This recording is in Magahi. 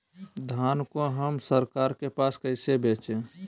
धान को हम सरकार के पास कैसे बेंचे?